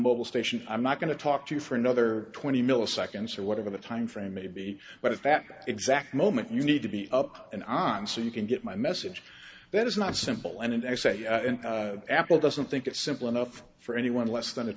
mobil station i'm not going to talk to you for another twenty milliseconds or whatever the timeframe may be but if that exact moment you need to be up and on so you can get my message that it's not simple and i say apple doesn't think it's simple enough for anyone less than a